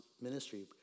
ministry